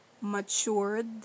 matured